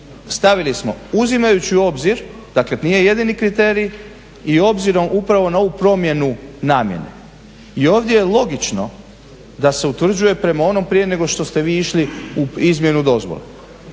stavili smo uzimajući u obzir, dakle nije jedini kriterij i obzirom upravo na ovu promjenu namjenu. I ovdje je logično da se utvrđuje prema onom prije nego što ste vi išli u izmjenu dozvole,